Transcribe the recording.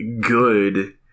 good